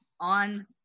on